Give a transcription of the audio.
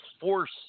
force